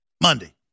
Monday